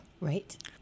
right